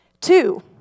Two